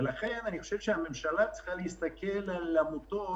ולכן אני חושב שהממשלה צריכה להסתכל על העמותות